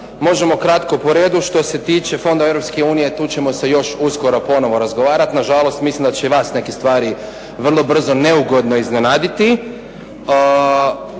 Možemo kratko po redu. Što se tiče Fonda Europske unije, tu ćemo se još uskoro ponovo razgovarati. Na žalost mislim da će i vas neke stvari vrlo brzo neugodno iznenaditi.